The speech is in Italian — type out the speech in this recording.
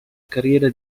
carriera